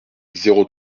zéro